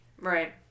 Right